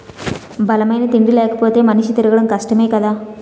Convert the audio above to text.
బలమైన తిండి లేపోతే మనిషి తిరగడం కష్టమే కదా